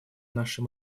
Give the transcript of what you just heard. нашей